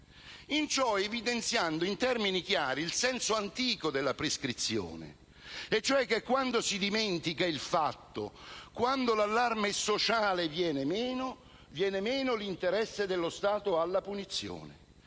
in ciò evidenziando in termini chiari il senso antico della prescrizione, e cioè che quando si dimentica il fatto, quando l'allarme sociale viene meno, viene meno l'interesse dello Stato alla punizione.